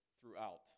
throughout